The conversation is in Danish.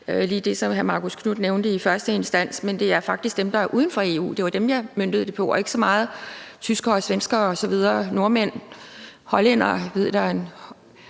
lige det, som hr. Marcus Knuth nævnte i første instans. Men det er faktisk dem, der er uden for EU, som det var møntet på, og ikke så meget tyskere og svenskere, nordmænd og hollændere osv. Jeg